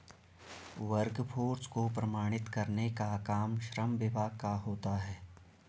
workforce को प्रमाणित करने का काम श्रम विभाग का होता है